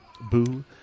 Boo